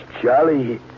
Charlie